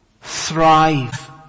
thrive